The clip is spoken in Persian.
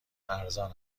ارزان